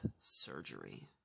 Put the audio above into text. surgery